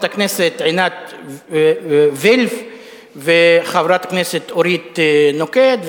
הכנסת עינת וילף וחברת הכנסת אורית נוקד,